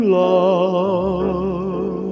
love